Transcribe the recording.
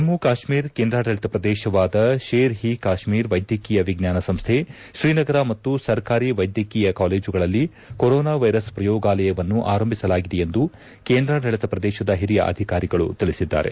ಜಮ್ಮ ಕಾಶ್ಮೀರ್ ಕೇಂದ್ರಾಡಳಿತ ಪ್ರದೇಶವಾದ ಶೇರ್ ಹಿ ಕಾಶ್ಮೀರ್ ವೈದ್ಯಕೀಯ ವಿಜ್ಞಾನ ಸಂಸ್ಥೆ ಶ್ರೀನಗರ ಮತ್ತು ಸರ್ಕಾರಿ ವೈದ್ಯಕೀಯ ಕಾಲೇಜುಗಳಲ್ಲಿ ಕೊರೋನಾ ವೈರಸ್ ಪ್ರಯೋಗಾಲಯವನ್ನು ಆರಂಭಿಸಲಾಗಿದೆ ಎಂದು ಕೇಂದ್ರಡಾಳಿತ ಪ್ರದೇಶದ ಹಿರಿಯ ಅಧಿಕಾರಿಗಳು ತಿಳಿಸಿದ್ದಾರೆ